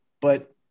but-